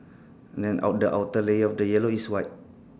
then out the outer layer of the yellow is white